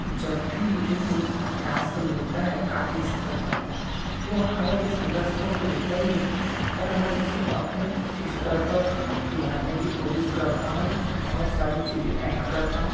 जब भी मुझे कोई टास्क मिलता है कार्यस्थल पर वो हालाँकि संघर्षपूर्ण तो होता ही है पर मैं उसे अपने स्तर पर सुधारने की कोशिश करता हूँ उसमें बहुत सारी चीज़ें ऐड करता हूँ